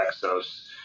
exos